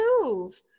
move